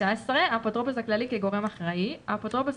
האפוטרופוס הכללי כגורם אחראי 19. האפוטרופוס